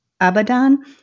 Abaddon